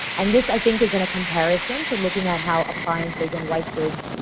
and this i think is and a comparison to looking at how appliances and white goods,